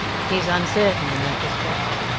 he's uncertain in that respect.